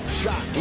shot